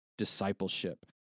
discipleship